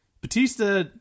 Batista